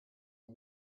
are